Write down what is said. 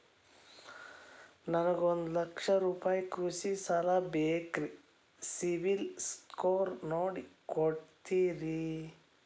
ನನಗೊಂದ ಲಕ್ಷ ರೂಪಾಯಿ ಕೃಷಿ ಸಾಲ ಬೇಕ್ರಿ ಸಿಬಿಲ್ ಸ್ಕೋರ್ ನೋಡಿ ಕೊಡ್ತೇರಿ?